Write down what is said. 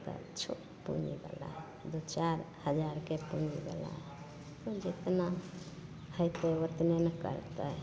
तऽ छोट पूँजीवला दुइ चारि हजारके खोलैवला जतना होइ छै ओतने ने करतै